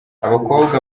abakobwa